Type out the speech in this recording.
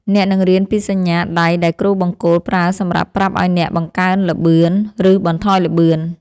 អ្នកនឹងរៀនពីសញ្ញាដៃដែលគ្រូបង្គោលប្រើសម្រាប់ប្រាប់ឱ្យអ្នកបង្កើនល្បឿន ឬបន្ថយល្បឿន។